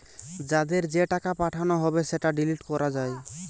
যাদের যে টাকা পাঠানো হবে সেটা ডিলিট করা যায়